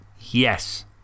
Yes